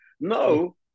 No